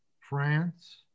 France